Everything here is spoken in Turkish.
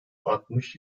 altmış